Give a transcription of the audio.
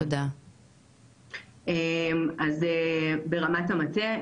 אז ברמת המטה,